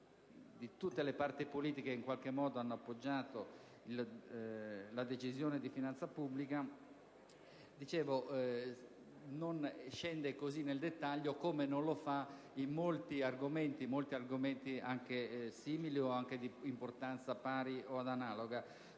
di tutte le parti politiche che in qualche modo hanno appoggiato la Decisione di finanza pubblica - non scende così nel dettaglio, come non lo fa in molti argomenti simili o anche di importanza pari o analoga.